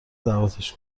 دعوتش